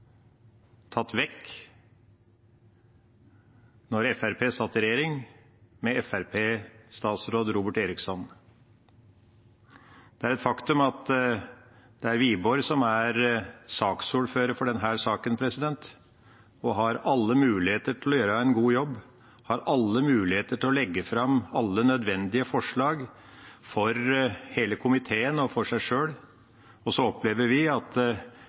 tatt vekk da Fremskrittspartiet satt i regjering med Fremskrittsparti-statsråd Robert Eriksson. Det er et faktum at det er Wiborg som er saksordfører for denne saken, og han har alle muligheter til å gjøre en god jobb, han har alle muligheter til å legge fram alle nødvendige forslag for hele komiteen og for seg sjøl, og så opplever vi at